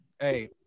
Hey